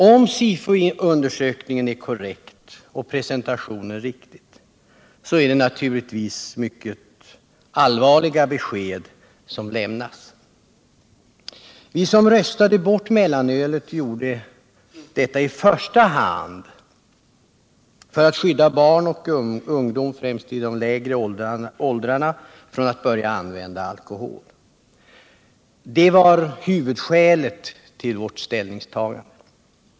Om SIFO-undersökningen är korrekt och presentationen riktig, är det naturligtvis mycket allvarliga besked som lämnas. Vi som röstade bort mellanölet gjorde detta i första hand för att skydda barn och ungdom, främst i de lägre åldrarna, från att börja använda alkohol. Det var huvudskälet till vårt ställningstagande.